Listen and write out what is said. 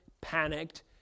panicked